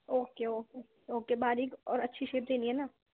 okay okay okay باریک اور اچھی شیپ دینی ہے نا